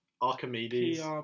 Archimedes